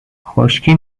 خشکی